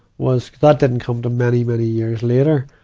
was that didn't come to many, many years later.